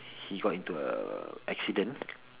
he got into a accident